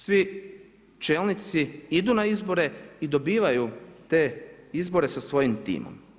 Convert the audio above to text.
Svi čelnici idu na izbore i dobivaju te izbore sa svojim timom.